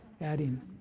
adding